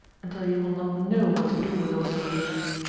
until you will not know what to do with all your gains.